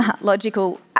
logical